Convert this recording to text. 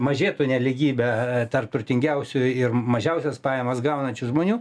mažėtų nelygybė tarp turtingiausiųjų ir mažiausias pajamas gaunančių žmonių